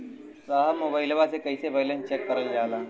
साहब मोबइलवा से कईसे बैलेंस चेक करल जाला?